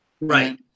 right